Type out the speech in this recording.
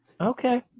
Okay